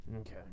Okay